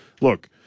look